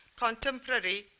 contemporary